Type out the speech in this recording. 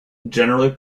generally